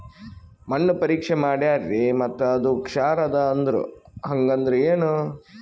ಮಣ್ಣ ಪರೀಕ್ಷಾ ಮಾಡ್ಯಾರ್ರಿ ಮತ್ತ ಅದು ಕ್ಷಾರ ಅದ ಅಂದ್ರು, ಹಂಗದ್ರ ಏನು?